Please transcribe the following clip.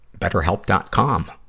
BetterHelp.com